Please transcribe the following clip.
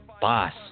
Boss